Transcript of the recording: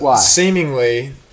seemingly